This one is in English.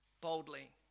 boldly